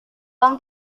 tom